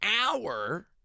hour